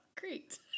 Great